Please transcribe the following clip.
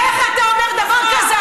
איך אתה אומר דבר כזה?